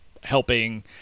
helping